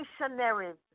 missionaries